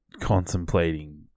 contemplating